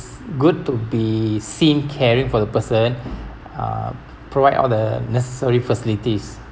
good to be seen caring for the person uh provide all the necessary facilities